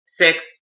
six